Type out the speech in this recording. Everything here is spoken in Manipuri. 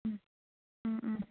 ꯎꯝ ꯎꯝ ꯎꯝ